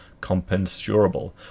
compensurable